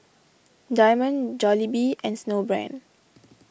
Diamond Jollibee and Snowbrand